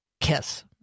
kiss